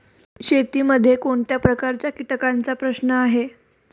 शेतीमध्ये कोणत्या प्रकारच्या कीटकांचा प्रश्न आहे?